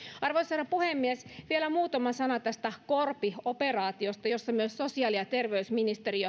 arvoisa herra puhemies vielä muutama sana tästä korpi operaatiosta jossa myös sosiaali ja terveysministeriö